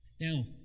Now